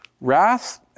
Wrath